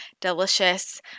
delicious